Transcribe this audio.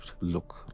look